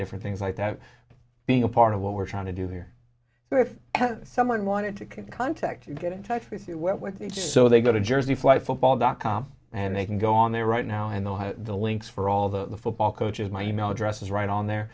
different things like that being a part of what we're trying to do here so if someone wanted to can contact get in touch with you just so they go to jersey flight football dot com and they can go on there right now and they'll have the links for all the football coaches my e mail address is right on there